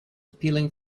peeling